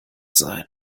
sein